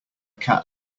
cat